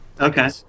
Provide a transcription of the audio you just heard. Okay